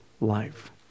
life